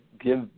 give